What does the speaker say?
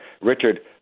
Richard